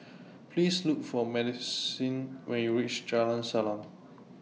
Please Look For Madisyn when YOU REACH Jalan Salang